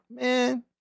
man